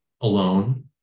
alone